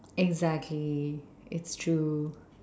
exactly it's true